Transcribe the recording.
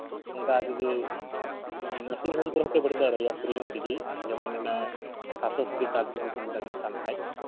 ᱚᱱᱠᱟ ᱡᱩᱫᱤ nursing home ᱠᱚᱨᱮ ᱦᱚᱸᱯᱮ ᱵᱷᱩᱨᱛᱤ ᱫᱟᱲᱮᱣᱟᱭᱟ ᱯᱷᱨᱤ ᱧᱚᱜ ᱛᱮᱜᱤ ᱡᱮᱢᱚᱱ ᱚᱱᱟ ᱥᱟᱥᱛᱷᱚ ᱥᱟᱛᱷᱤ ᱠᱟᱨᱰ ᱡᱩᱫᱤ ᱢᱮᱱᱟᱜ ᱛᱟᱢ ᱠᱷᱟᱡ